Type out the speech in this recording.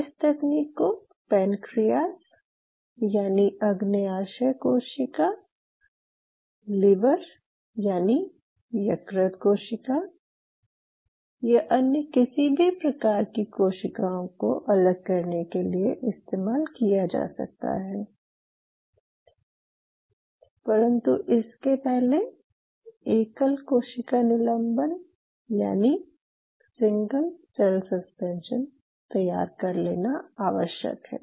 इस तकनीक को पैंक्रियास यानि अग्नयाशय कोशिका लिवर यानि यकृत कोशिका या अन्य किसी भी प्रकार की कोशिकाओं को अलग करने के लिए इस्तेमाल किया जा सकता है परन्तु इसके पहले एकल कोशिका निलंबन यानि सिंगल सेल सस्पेंशन तैयार कर लेना आवश्यक है